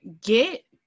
get